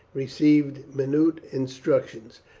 received minute instructions.